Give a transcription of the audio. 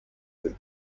eux